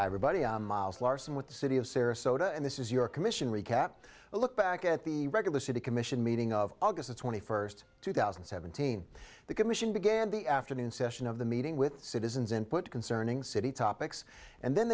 everybody i'm miles larson with the city of sarasota and this is your commission recap a look back at the regular city commission meeting of august twenty first two thousand and seventeen the commission began the afternoon session of the meeting with citizens input concerning city topics and then